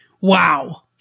Wow